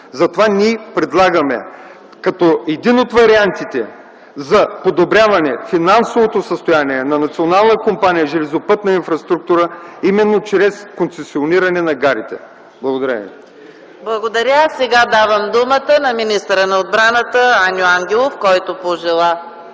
Затова ние предлагаме като един от вариантите за подобряване финансовото състояние на Национална компания „Железопътна инфраструктура” - именно чрез концесиониране на гарите. Благодаря ви. ПРЕДСЕДАТЕЛ ЕКАТЕРИНА МИХАЙЛОВА: Благодаря. Сега давам думата на министъра на отбраната Аню Ангелов, който пожела